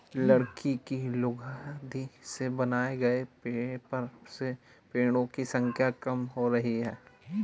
लकड़ी की लुगदी से बनाए गए पेपर से पेङो की संख्या कम हो रही है